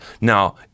Now